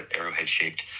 arrowhead-shaped